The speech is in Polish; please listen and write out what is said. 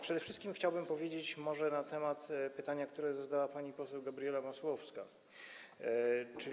Przede wszystkim chciałbym wypowiedzieć się może na temat pytania, które zadała pani poseł Gabriela Masłowska